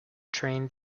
train